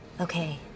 Okay